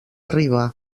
arriba